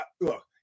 look